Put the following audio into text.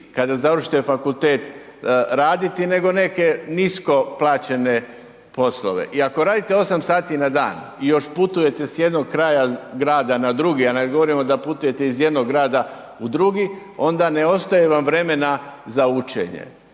kada završite fakultet raditi nego neke nisko plaćene poslove. I ako radite 8 sati na dan i još putujete s jednog kraja grada na drugi, a ne govorimo da putujete iz jednog grada u drugi, onda ne ostaje vam vremena za učenje.